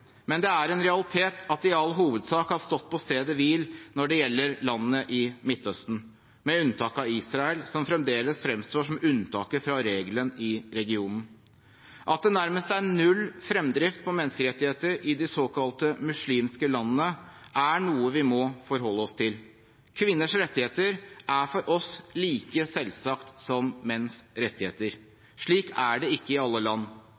men det er en realitet at det i all hovedsak har stått på stedet hvil når det gjelder landene i Midtøsten – med unntak av Israel, som fremdeles fremstår som unntaket fra regelen i regionen. At det nærmest er null fremdrift når det gjelder menneskerettigheter i de såkalt muslimske landene, er noe vi må forholde oss til. Kvinners rettigheter er for oss like selvsagt som menns rettigheter. Slik er det ikke i alle land.